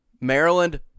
Maryland